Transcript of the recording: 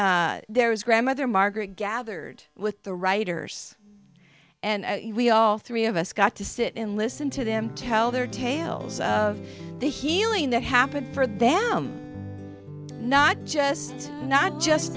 there was grandmother margaret gathered with the writers and we all three of us got to sit and listen to them tell their tales of the healing that happened for them not just not just